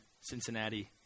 Cincinnati